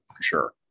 sure